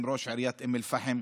עם ראש עיריית אום אל-פחם,